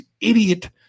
idiot